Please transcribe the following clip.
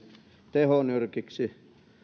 tehonyrkiksi